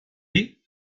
dir